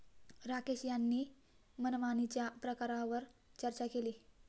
राकेश यांनी मनमानीच्या प्रकारांवर चर्चा केली